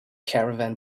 caravan